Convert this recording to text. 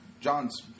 John's